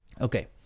Okay